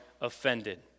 offended